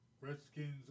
Redskins